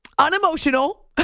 Unemotional